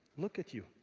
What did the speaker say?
look, at you.